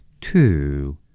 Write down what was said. two